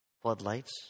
floodlights